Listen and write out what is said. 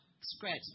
Scratch